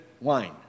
wine